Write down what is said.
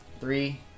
Three